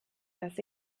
dass